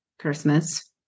Christmas